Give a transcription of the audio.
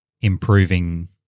improving